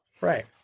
Right